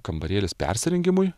kambarėlis persirengimui